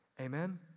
Amen